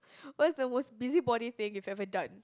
what's the most busybody thing you've ever done